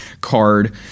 card